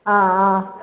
ಆಂ ಆಂ